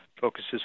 focuses